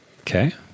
Okay